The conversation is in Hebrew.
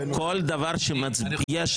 כל דבר שמצביע,